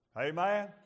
Amen